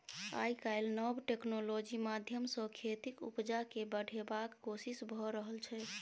आइ काल्हि नब टेक्नोलॉजी माध्यमसँ खेतीक उपजा केँ बढ़ेबाक कोशिश भए रहल छै